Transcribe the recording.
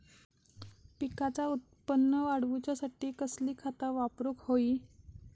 पिकाचा उत्पन वाढवूच्यासाठी कसली खता वापरूक होई?